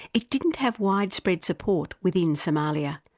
it didn't have widespread support within somalia,